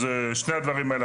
אז שני הדברים האלה.